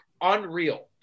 unreal